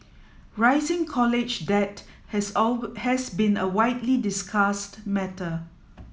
rising college debt has has been a widely discussed matter